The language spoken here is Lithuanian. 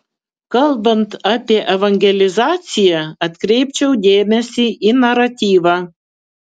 kalbant apie evangelizaciją atkreipčiau dėmesį į naratyvą